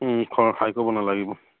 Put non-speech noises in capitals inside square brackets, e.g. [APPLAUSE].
[UNINTELLIGIBLE] হেৰি কৰিব নালাগিব